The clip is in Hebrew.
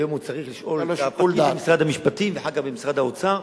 היום הוא צריך לשאול, היה לו שיקול דעת.